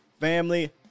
Family